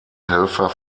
helfer